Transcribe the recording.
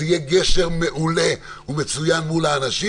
זה יהיה גשר מעולה ומצוין מול האנשים.